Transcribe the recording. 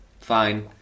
fine